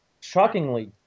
shockingly